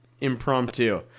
impromptu